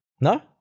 No